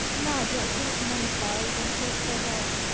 nay, yield thee to men's ways, and kiss their rods!